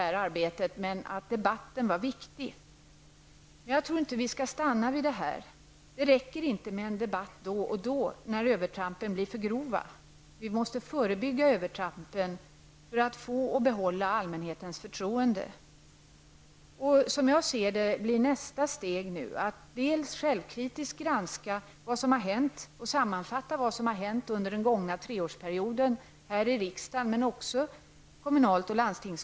Man ansåg dock att debatten var viktig. Jag tror inte att vi skall stanna vid det här. Det räcker inte med en debatt då och då när övertrampen blir för grova. Vi måste förebygga övertrampen för att få och för att behålla allmänhetens förstroende. Nästa steg blir, som jag ser det, att vi självkritiskt granskar vad som har hänt här i riksdagen, vad som har hänt kommunalt och landstingskommunalt under den gångna treårsperioden. Därefter bör vi sammanfatta detta.